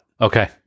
Okay